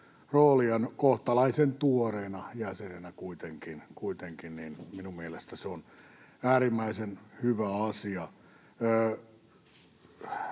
roolia, kohtalaisen tuoreena jäsenenä kuitenkin. Minun mielestäni se on äärimmäisen hyvä asia.